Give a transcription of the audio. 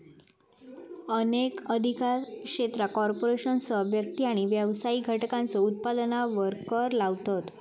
अनेक अधिकार क्षेत्रा कॉर्पोरेशनसह व्यक्ती आणि व्यावसायिक घटकांच्यो उत्पन्नावर कर लावतत